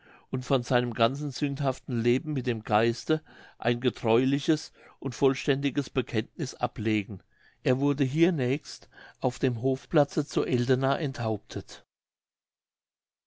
und von seinem ganzen sündhaften leben mit dem geiste ein getreuliches und vollständiges bekenntniß ablegen er wurde hiernächst auf dem hofplatze zu eldena enthauptet